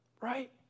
Right